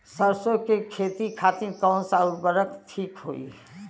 सरसो के खेती खातीन कवन सा उर्वरक थिक होखी?